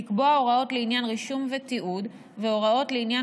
לקבוע הוראות לעניין רישום ותיעוד והוראות לעניין